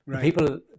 People